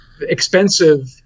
expensive